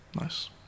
Nice